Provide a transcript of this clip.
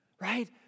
Right